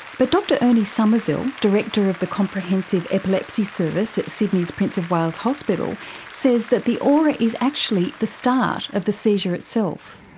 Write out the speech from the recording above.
but dr ernie summerville, director of the comprehensive epilepsy service at sydney's prince of wales hospital says that the aura is actually the start of the seizure itself.